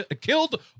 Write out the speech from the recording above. killed